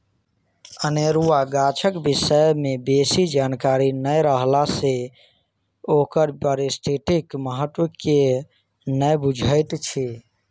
अनेरुआ गाछक विषय मे बेसी जानकारी नै रहला सँ ओकर पारिस्थितिक महत्व के नै बुझैत छी